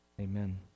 Amen